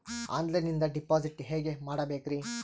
ಆನ್ಲೈನಿಂದ ಡಿಪಾಸಿಟ್ ಹೇಗೆ ಮಾಡಬೇಕ್ರಿ?